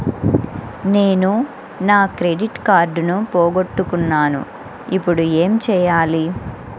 నేను నా క్రెడిట్ కార్డును పోగొట్టుకున్నాను ఇపుడు ఏం చేయాలి?